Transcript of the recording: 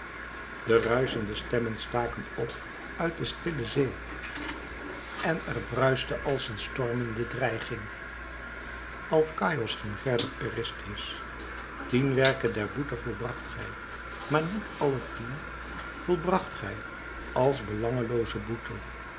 de ruischende stemmen staken op uit der stilte zee en er bruischte als een stormende dreiging alkaïos ging verder eurystheus tien werken der boete volbracht gij maar niet alle tien volbracht gij als belanglooze boete